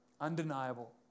Undeniable